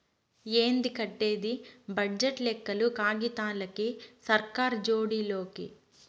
ఏంది కట్టేది బడ్జెట్ లెక్కలు కాగితాలకి, సర్కార్ జోడి లోకి